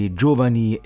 giovani